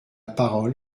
parole